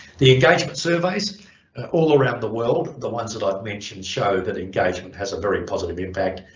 the engagement surveys all around the world the ones that i've mentioned show that engagement has a very positive impact,